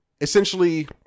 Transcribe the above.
essentially